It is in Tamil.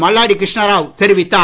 மல்லாடி கிருஷ்ணராவ் தெரிவித்தார்